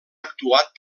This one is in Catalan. actuat